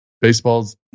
baseball's